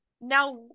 now